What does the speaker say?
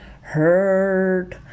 hurt